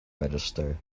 register